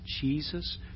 Jesus